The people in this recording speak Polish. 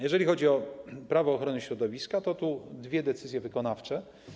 Jeżeli chodzi o Prawo ochrony środowiska, to tu są dwie decyzje wykonawcze.